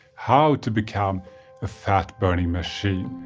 how to become a fat burning machine.